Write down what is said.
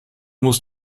musst